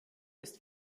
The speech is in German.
ist